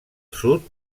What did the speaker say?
sud